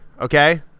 Okay